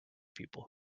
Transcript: people